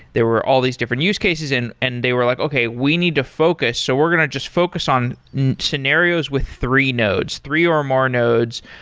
there were all these different use cases and and they were like, okay, we need to focus. so we're going to just focus on scenarios with three nodes, three or more nodes.